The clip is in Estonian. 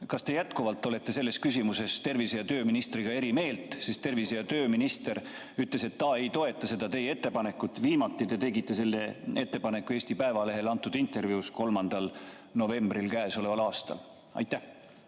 Kas te jätkuvalt olete selles küsimuses tervise‑ ja tööministriga eri meelt? Tervise‑ ja tööminister ütles, et ta ei toeta seda teie ettepanekut. Viimati te tegite selle ettepaneku Eesti Päevalehele antud intervjuus 3. novembril käesoleval aastal. Kaja